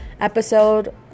episode